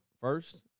first